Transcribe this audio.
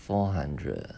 four hundred